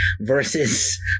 versus